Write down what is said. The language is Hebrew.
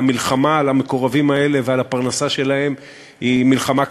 והמלחמה על המקורבים האלה ועל הפרנסה שלהם היא מלחמה כבדה.